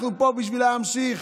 אנחנו פה בשביל להמשיך